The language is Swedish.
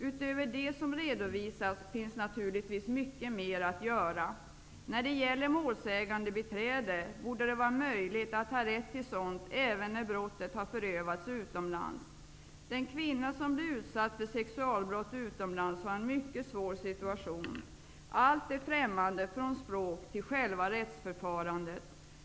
Utöver det som redovisats finns naturligtvis mycket mer att göra. När det gäller målsägandebiträde, borde det vara möjligt att ha rätt till sådant även när brotten har förövats utomlands. Den kvinna som blir utsatt för sexualbrott utomlands har en mycket svår situation. Allt är främmande, från språk till själva rättsförfarandet.